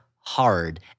hard